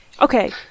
okay